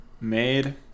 Made